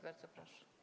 Bardzo proszę.